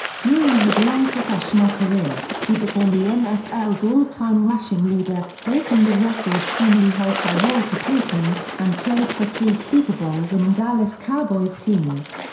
during his long professional career, he became the nfl's all-time rushing leader, breaking the record formerly held by walter payton, and played for three super bowl-winning dallas cowboys teams.